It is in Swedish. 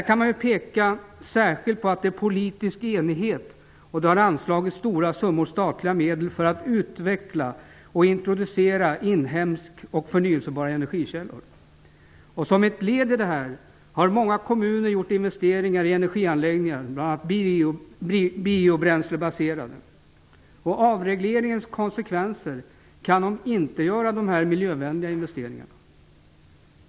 Man kan särskilt påpeka att det råder politisk enighet på denna punkt. Stora summor statliga medel har anslagits för att utveckla och introducera inhemska, förnyelsebara energikällor. Som ett led i detta har många kommuner gjort investeringar i energianläggningar, bl.a. biobränslebaserade. Avregleringens konsekvenser kan omintetgöra dessa investeringar.